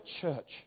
church